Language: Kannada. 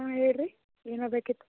ಹಾಂ ಹೇಳಿರಿ ಏನಾಗ್ಬೇಕಿತ್ತು